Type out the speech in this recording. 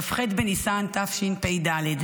בכ"ח בניסן תשפ"ד.